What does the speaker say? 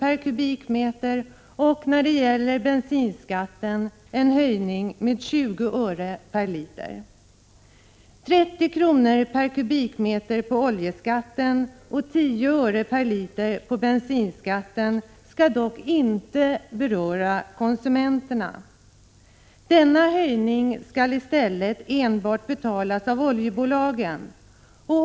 per kubikmeter och när det gäller bensinskatten en höjning med 20 öre per liter. 30 kr. per kubikmeter av oljeskatten och 10 öre per liter av bensinskatten skall dock inte beröra konsumenterna. Denna höjning skall i stället enbart betalas av oljebolagen.